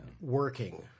working